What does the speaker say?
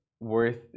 Worth